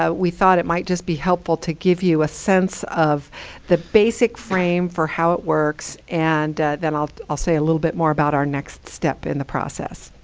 um we thought it might just be helpful to give you a sense of the basic frame for how it works. and then i'll i'll say a little bit more about our next step in the process.